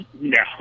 No